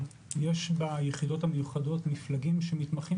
ביחידות המיוחדות יש מפלגים שמתמחים